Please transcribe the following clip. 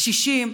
קשישים,